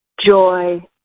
joy